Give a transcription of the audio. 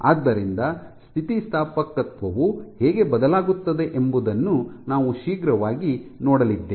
ಆದ್ದರಿಂದ ಸ್ಥಿತಿಸ್ಥಾಪಕತ್ವವು ಹೇಗೆ ಬದಲಾಗುತ್ತದೆ ಎಂಬುದನ್ನು ನಾವು ಶೀಘ್ರವಾಗಿ ನೋಡಲಿದ್ದೇವೆ